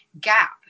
gap